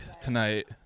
tonight